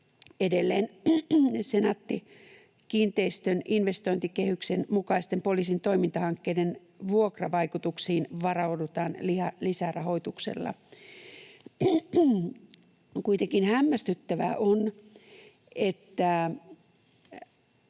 Edelleen Senaatti-kiinteistöjen investointikehyksen mukaisten poliisin toimintahankkeiden vuokravaikutuksiin varaudutaan lisärahoituksella. No, hämmästyttävää kuitenkin